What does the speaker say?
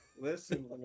listen